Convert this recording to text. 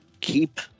keep